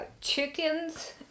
chickens